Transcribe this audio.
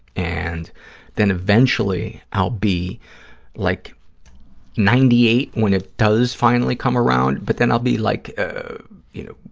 and then, eventually, i'll be like ninety eight when it does finally come around, but then i'll be like, ah you know,